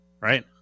right